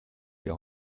wir